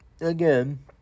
again